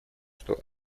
что